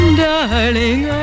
darling